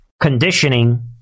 conditioning